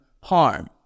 harm